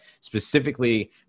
specifically